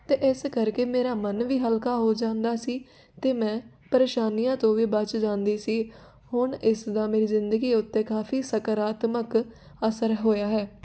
ਅਤੇ ਇਸ ਕਰਕੇ ਮੇਰਾ ਮਨ ਵੀ ਹਲਕਾ ਹੋ ਜਾਂਦਾ ਸੀ ਅਤੇ ਮੈਂ ਪਰੇਸ਼ਾਨੀਆਂ ਤੋਂ ਵੀ ਬਚ ਜਾਂਦੀ ਸੀ ਹੁਣ ਇਸ ਦਾ ਮੇਰੀ ਜ਼ਿੰਦਗੀ ਉੱਤੇ ਕਾਫੀ ਸਕਾਰਾਤਮਕ ਅਸਰ ਹੋਇਆ ਹੈ